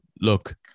look